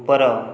ଉପର